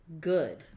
good